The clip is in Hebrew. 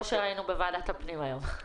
כמו שראינו היום בוועדת הפנים.